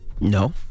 No